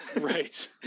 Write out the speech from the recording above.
right